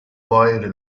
boy